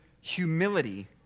humility